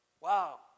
Wow